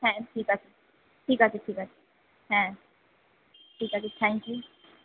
হ্যাঁ ঠিক আছে ঠিক আছে ঠিক আছে হ্যাঁ ঠিক আছে থ্যাংক ইউ